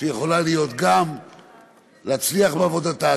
שיכולה גם להצליח בעבודתה,